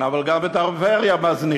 אבל גם את הפריפריה מזניחים.